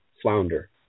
flounder